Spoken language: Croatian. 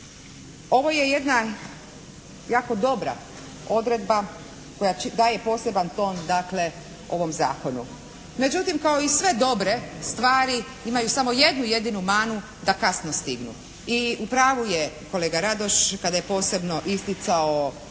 Ovo je jedna jako dobra odredba koja daje poseban ton dakle ovom zakonu. Međutim kao i sve dobre stvari imaju samo jednu jedinu manu da kasno stignu. I u pravu je kolega Radoš kada je posebno isticao